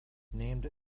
named